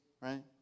right